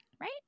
right